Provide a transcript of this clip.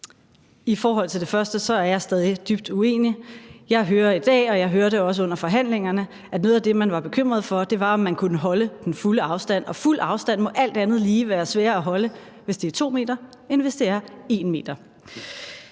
I forhold til det første er jeg stadig dybt uenig. Jeg hører i dag, og jeg hørte også under forhandlingerne, at noget af det, som man var bekymret for, var, om man kunne holde den fulde afstand, og en fuld afstand må alt andet lige være sværere at holde, hvis det er 2 m, end hvis det er 1 m.